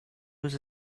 was